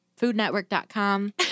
Foodnetwork.com